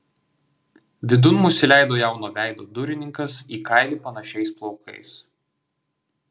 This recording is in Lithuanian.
vidun mus įleido jauno veido durininkas į kailį panašiais plaukais